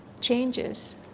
changes